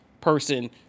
person